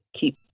keep